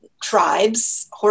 tribes